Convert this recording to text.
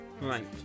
Right